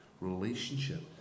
relationship